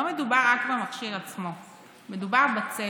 לא מדובר רק במכשיר עצמו, מדובר בצוות.